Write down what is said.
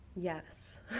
Yes